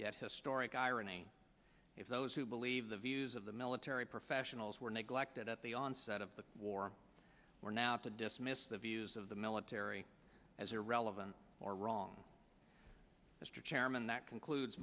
yet historic irony if those who believe the views of the military professionals were neglected at the onset of the war we're now to dismiss the views of the military as irrelevant or wrong mr chairman that conclude